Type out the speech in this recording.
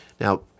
Now